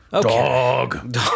Dog